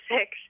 six